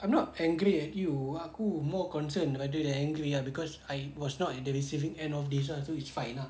I'm not angry at you aku more concerned rather than angry lah cause I was not in the receiving end of this ah so it's fine lah